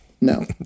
no